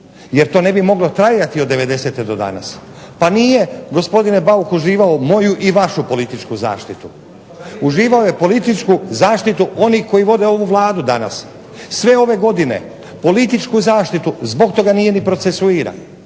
jer to ne bi moglo trajati od '90. do danas. Pa nije gospodine Bauk uživao moju i vašu političku zaštitu. Uživao je političku zaštitu onih koji vode ovu Vladu danas, sve ove godine političku zaštitu zbog toga nije ni procesuiran.